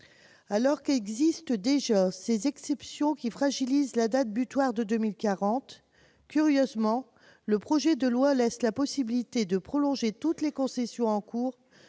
Alors qu'existent déjà ces exceptions qui fragilisent cette date butoir, curieusement, le projet de loi laisse la possibilité de prolonger toutes les concessions en cours